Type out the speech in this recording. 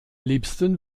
liebsten